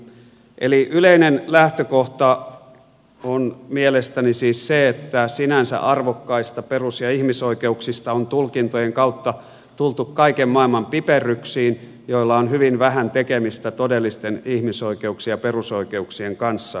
eli yleinen lähtökohta on mielestäni siis se että sinänsä arvokkaista perus ja ihmisoikeuksista on tulkintojen kautta tultu kaiken maailman piperryksiin joilla on hyvin vähän tekemistä todellisten ihmisoikeuksien ja perusoikeuksien kanssa